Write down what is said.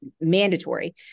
mandatory